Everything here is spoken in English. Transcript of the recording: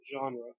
genre